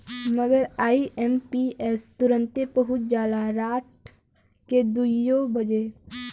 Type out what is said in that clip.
मगर आई.एम.पी.एस तुरन्ते पहुच जाला राट के दुइयो बजे